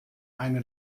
eine